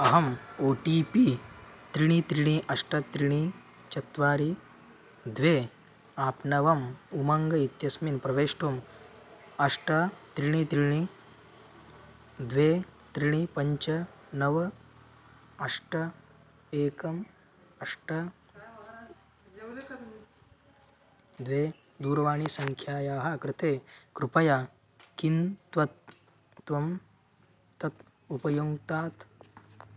अहम् O T P त्रीणि त्रीणि अष्ट त्रीणि चत्वारि द्वे आप्नवम् उमङ्ग् इत्यस्मिन् प्रवेष्टुम् अष्ट त्रीणि त्रीणि द्वे त्रीणि पञ्च नव अष्ट एकम् अष्ट द्वे दूरवाणीसङ्ख्यायाः कृते कृपया किं त्वं त्वं तत् उपयुङ्क्तात्